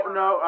no